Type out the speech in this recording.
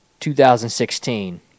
2016